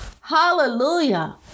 hallelujah